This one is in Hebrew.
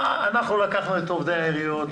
היא אומרת שאנחנו לקחנו את עובדי העיריות,